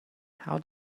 how